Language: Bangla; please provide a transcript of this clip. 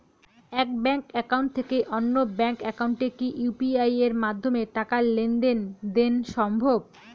এক ব্যাংক একাউন্ট থেকে অন্য ব্যাংক একাউন্টে কি ইউ.পি.আই মাধ্যমে টাকার লেনদেন দেন সম্ভব?